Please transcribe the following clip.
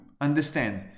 understand